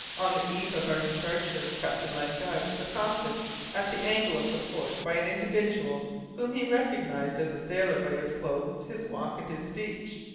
on the eve of our departure, captain len guy was accosted at the angle of the port by an individual whom he recognized as a sailor by his clothes, his walk, and his speech.